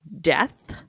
death